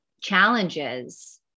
challenges